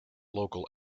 local